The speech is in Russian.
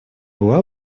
была